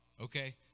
Okay